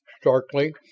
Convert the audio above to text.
starkly